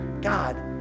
God